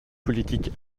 politique